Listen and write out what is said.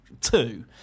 two